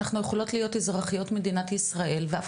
אנחנו יכולות להיות אזרחיות מדינת ישראל ואף